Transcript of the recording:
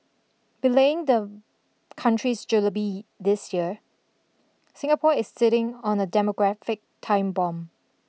belaying the country's julebee this year Singapore is sitting on a demographic time bomb